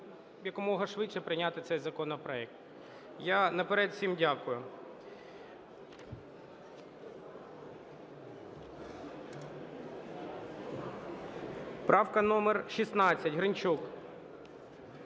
якомога швидше прийняти цей законопроект. Я наперед всім дякую. Правка номер 16. Гринчук.